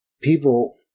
people